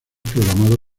programado